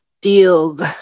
deals